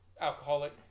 alcoholic